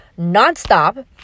nonstop